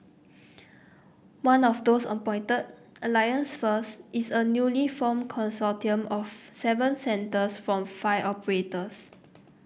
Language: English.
one of those appointed Alliance First is a newly formed consortium of seven centres from five operators